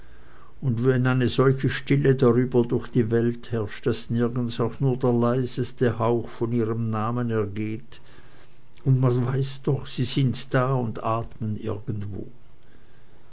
und gehn wenn eine solche stille darüber durch die welt herrscht daß allnirgends auch nur der leiseste hauch von ihrem namen ergeht und man weiß doch sie sind da und atmen irgendwo